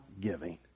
giving